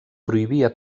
prohibia